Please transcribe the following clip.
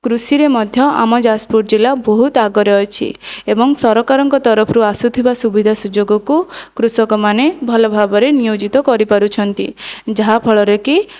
କୃଷିରେ ମଧ୍ୟ ଆମ ଯାଜପୁର ଜିଲ୍ଲା ବହୁତ ଆଗରେ ଅଛି ଏବଂ ସରକାରଙ୍କ ତରଫରୁ ଆସୁଥିବା ସୁବିଧା ସୁଯୋଗକୁ କୃଷକମାନେ ଭଲ ଭାବରେ ନିୟୋଜିତ କରିପାରୁଛନ୍ତି ଯାହା ଫଳରେ କି